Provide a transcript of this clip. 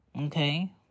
okay